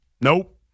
Nope